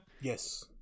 Yes